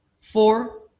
four